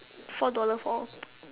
four dollars for